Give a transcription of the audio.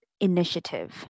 initiative